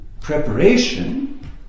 preparation